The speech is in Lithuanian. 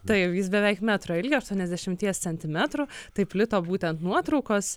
taip jis beveik metro ilgio aštuoniasdešimties centimetrų tai plito būtent nuotraukos